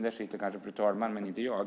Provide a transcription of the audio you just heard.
Där sitter kanske fru talmannen, men inte jag.